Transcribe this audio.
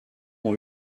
ont